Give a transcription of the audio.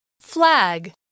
Flag